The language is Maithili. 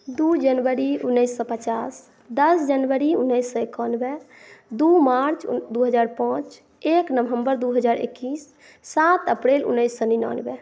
दू जनवरी उन्नैस सए पचास दस जनवरी उन्नैस सए एकानवे दू मार्च दू हजार पांच एक नवम्बर दू हजार एकैस सात अप्रैल उन्नैस सए निनानबे